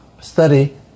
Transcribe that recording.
study